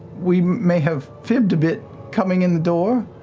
we may have fibbed a bit coming in the door,